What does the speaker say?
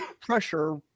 pressure